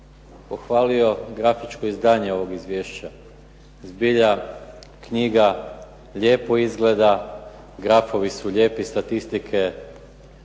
pohvalio grafičko izdanje ovog izvješća. Zbilja knjiga lijepo izgleda, grafovi su lijepi, statistike